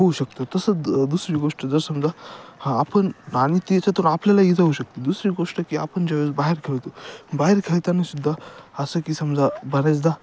होऊ शकतो तसं द दुसरी गोष्ट जर समजा हा आपण आणि त्याच्यातून आपल्याला इजा होऊ शकते दुसरी गोष्ट की आपण ज्यावेळी बाहेर खेळतो बाहेर खेळताना सुद्धा असं की समजा बऱ्याचदा